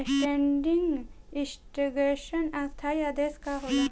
Standing instruction स्थाई आदेश का होला?